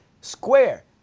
Square